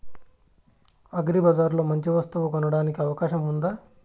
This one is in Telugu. అగ్రిబజార్ లో మంచి వస్తువు కొనడానికి అవకాశం వుందా?